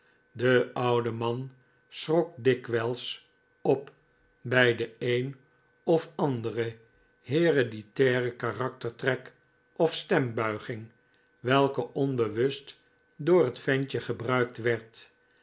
de oude man schrok dikwijls op bij de een of andere hereditaire karaktertrek of stembuiging welke onbewust door het ventje gebruikt werd